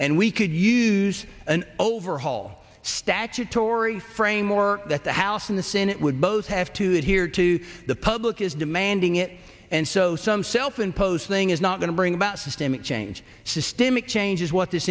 and we could use an overhaul statutory framework that the house in the senate would both have to adhere to the public is demanding it and so some self imposed thing is not going to bring about systemic change systemic change is what this